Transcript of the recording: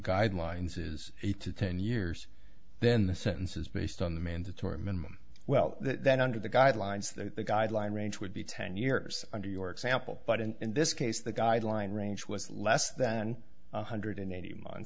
guidelines is eight to ten years then the sentence is based on the mandatory minimum well then under the guidelines that the guideline range would be ten years under your example but in this case the guideline range was less than one hundred eighty month